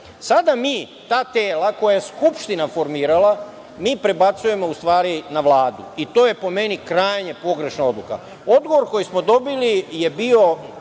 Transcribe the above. mi ta tela koja je Skupština formirala, mi prebacujemo u stvari na Vladu. To je po meni krajnje pogrešna odluka. Odgovor koji smo dobili je bio